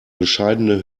bescheidene